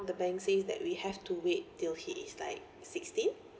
the bank says that we have to wait till he is like sixteen